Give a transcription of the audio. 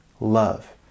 love